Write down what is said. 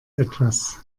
etwas